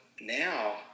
now